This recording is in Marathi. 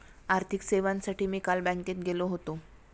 आर्थिक सेवांसाठी मी काल बँकेत गेलो होतो